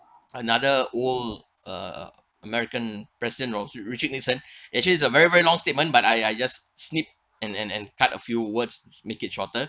another old uh american president of richard nixon actually it's a very very long statement but I I just snip and and and cut a few words make it shorter